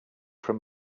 from